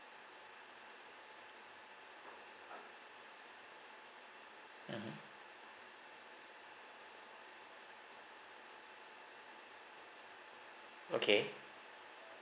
mmhmm okay